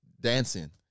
Dancing